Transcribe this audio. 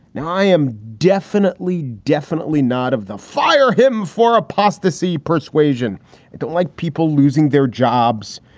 i am definitely, definitely not of the fire him for apostasy persuasion. i don't like people losing their jobs.